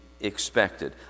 expected